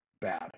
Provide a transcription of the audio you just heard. bad